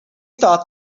thought